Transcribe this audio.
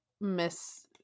Miss